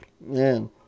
Man